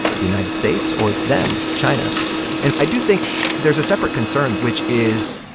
the united states, or it's them, china and i do think there's a separate concern, which is,